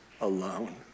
alone